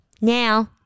Now